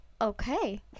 okay